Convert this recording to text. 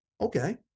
okay